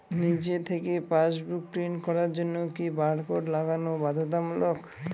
নিজে থেকে passbook print করার জন্য কি বারকোড লাগানো বাধ্যতামূলক?